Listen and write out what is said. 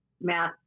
math